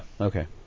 Okay